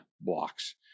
blocks